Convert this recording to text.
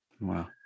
Wow